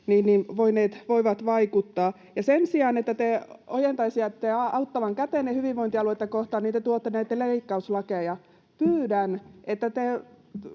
voineet vaikuttaa. Sen sijaan, että te ojentaisitte auttavan kätenne hyvinvointialueita kohtaan, te tuotte näitä leikkauslakeja. Pyydän, että